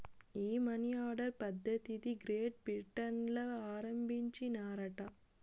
ఈ money order పద్ధతిది Great Britain ల ఆరంబించినారట